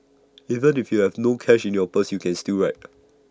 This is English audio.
even if you have no cash in your purse you can still ride